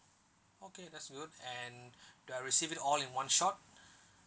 okay that's good and do I receive it all in one shot